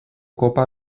kopa